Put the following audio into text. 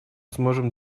сможем